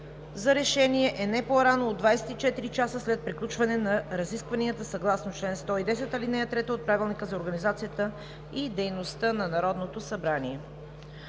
на решение е не по-рано от 24 часа след приключване на разискванията съгласно чл. 110, ал. 3 от Правилника за организацията и дейността на Народното събрание.